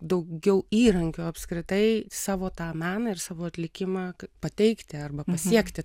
daugiau įrankių apskritai savo tą meną ir savo atlikimą pateikti arba pasiekti